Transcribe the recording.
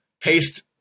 paste